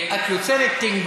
2016,